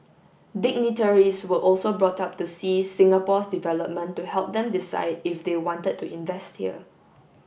dignitaries were also brought up to see Singapore's development to help them decide if they wanted to invest here